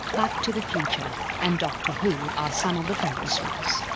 back to the future and doctor who are some of the famous ones.